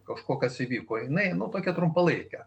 kažko kas įvyko jinai nu tokia trumpalaikė